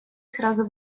сразу